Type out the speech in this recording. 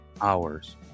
hours